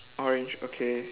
orange okay